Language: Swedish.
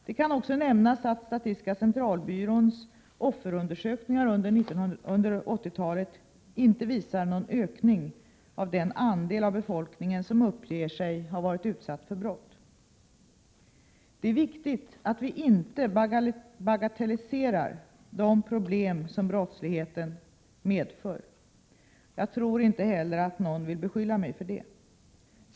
Det kan också nämnas att statistiska centralbyråns offerundersökningar under 80-talet inte visar någon ökning av den andel av befolkningen som uppger sig ha varit utsatt för brott. Det är viktigt att vi inte bagatelliserar de problem som brottsligheten medför. Jag tror inte heller att någon vill beskylla mig för det.